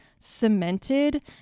cemented